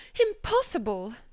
Impossible